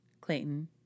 Clayton